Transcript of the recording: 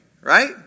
right